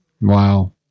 Wow